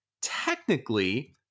technically